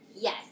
Yes